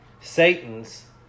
Satan's